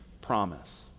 promise